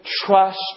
trust